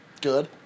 Good